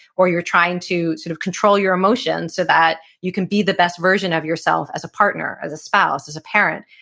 or you're trying to sort of control your emotions so that you can be the best version of yourself as a partner, as a spouse, as a parent.